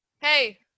hey